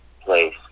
place